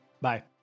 Bye